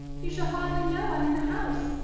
you shall hardly know i'm in the house.